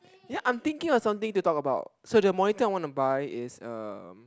ya I'm thinking of something to talk about so the monitor I want to buy is um